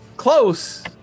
close